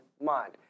mind